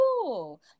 cool